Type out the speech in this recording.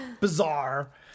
bizarre